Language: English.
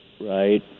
Right